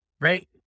right